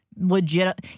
legit